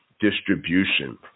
distribution